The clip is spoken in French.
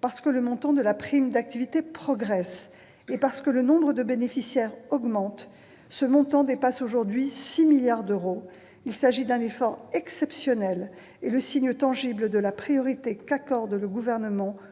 parce que le montant de la prime d'activité progresse et parce que le nombre de bénéficiaires augmente, ce montant dépasse 6 milliards d'euros. Cet effort exceptionnel est le signe tangible de la priorité qu'accorde le Gouvernement au pouvoir